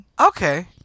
Okay